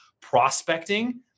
Prospecting